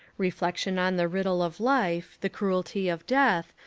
reflexion on the rid dle of life, the cruelty of death,